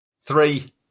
Three